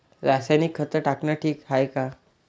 रासायनिक खत टाकनं ठीक हाये का?